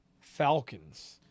Falcons